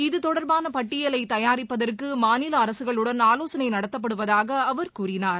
இது தொடர்பான பட்டியலை தயாரிப்பதற்கு மாநில அரசுகளுடன் நடத்தப்படுவதாக அவர் கூறினார்